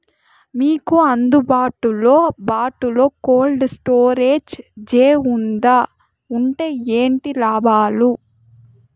మీకు అందుబాటులో బాటులో కోల్డ్ స్టోరేజ్ జే వుందా వుంటే ఏంటి లాభాలు?